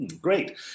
Great